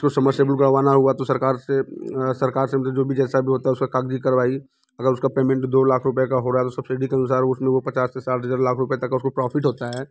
जिसको समरसेबुल गड़वाना हुआ तो सरकार से सरकार से मतलब जो भी जैसा भी होता है उसका कागज़ी कारवाई अगर उसका पेमेंट दो लाख रुपये का हो रहा है तो सब्सिडी के अनुसार उसमें वो पचास से साठ हज़ार लाख रुपये तक का उसको प्रोफिट होता है